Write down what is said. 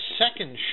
second